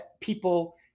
people